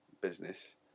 business